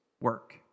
work